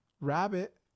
rabbit